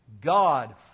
God